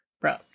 Bro